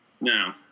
No